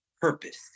purpose